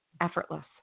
effortless